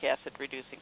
acid-reducing